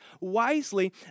wisely